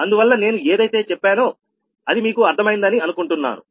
అందువల్ల నేను ఏదైతే చెప్పాను అది మీకు అర్థం అయింది అని అనుకుంటున్నాను